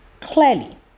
clearly